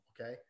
okay